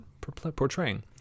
portraying